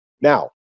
Now